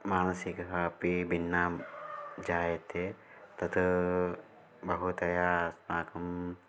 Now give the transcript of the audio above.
मानसिकः अपि भिन्नः जायते तत् बहुधा अस्माकं